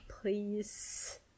please